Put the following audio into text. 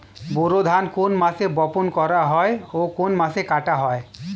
বোরো ধান কোন মাসে বপন করা হয় ও কোন মাসে কাটা হয়?